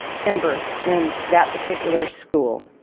timber in that particular school.